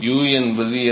u என்பது என்ன